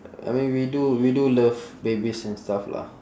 I mean we do we do love babies and stuff lah